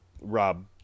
Rob